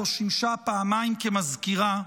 שבו שימשה פעמיים מזכירה,